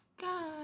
God